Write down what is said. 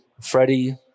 Freddie